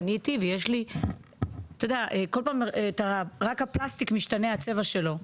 פניתי ויש לי כל פעם רק הפלסטיק משתנה הצבע שלו,